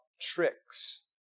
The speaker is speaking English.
tricks